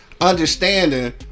understanding